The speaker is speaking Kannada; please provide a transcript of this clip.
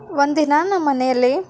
ಒಂದಿನ ನಮ್ಮನೆಯಲ್ಲಿ